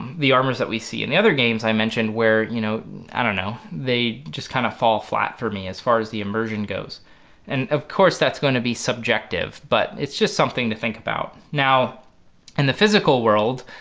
the armors that we see in the other games i mentioned where you know i don't know they just kind of fall flat for me as far as the immersion goes and of course that's going to be subjective but it's just something to think about. now in and the physical world